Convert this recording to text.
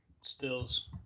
stills